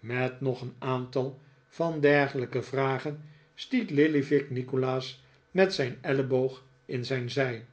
met nog een aantal van dergelijke vragen stiet lillyvick nikolaas met zijn elleboog in zijn zij